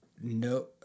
no